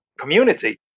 community